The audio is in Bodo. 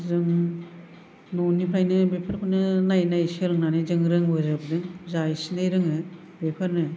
जों ननिफ्रायनो बेफोरखौनो नायै नायै सोलोंनानै जों रोंबोजोबदों जा एसे एनै रोङो बेफोरनो